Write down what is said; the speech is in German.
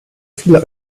viele